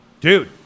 dude